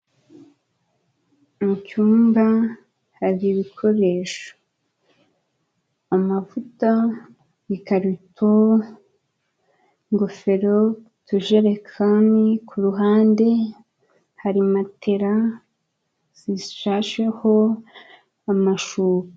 Ni mu cyumba hari ibikoresho. Amavuta, ikarito, ingofero, utujerekani, kuruhande hari matela zishasheho amashuka.